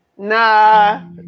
Nah